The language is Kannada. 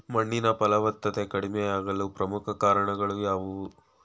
ಮಣ್ಣಿನ ಫಲವತ್ತತೆ ಕಡಿಮೆಯಾಗಲು ಪ್ರಮುಖ ಕಾರಣಗಳು ಯಾವುವು?